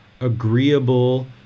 agreeable